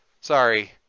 sorry